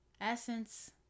essence